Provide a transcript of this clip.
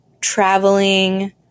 traveling